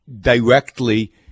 directly